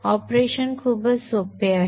operation खूपच सोपे आहे